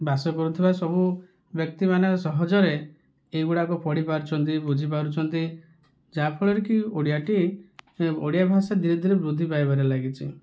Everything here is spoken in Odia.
ବାସ କରୁଥିବା ସବୁ ବ୍ୟକ୍ତିମାନେ ସହଜରେ ଏଗୁଡ଼ାକ ପଢ଼ି ପାରୁଛନ୍ତି ବୁଝି ପାରୁଛନ୍ତି ଯାହାଫଳରେକି ଓଡ଼ିଆଟି ଓଡ଼ିଆ ଭାଷା ଧୀରେ ଧୀରେ ବୃଦ୍ଧି ପାଇବାରେ ଲାଗିଛି